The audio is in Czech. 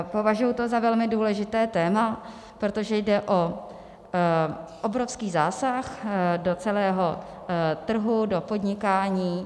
Považuji to za velmi důležité téma, protože jde o obrovský zásah do celého trhu, do podnikání.